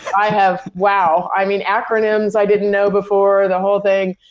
i have. wow. i mean, acronyms i didn't know before, the whole thing.